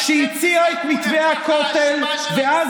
אנחנו ננצח אתכם כמו שהמכבים ניצחו את המתייוונים.